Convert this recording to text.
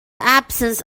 absence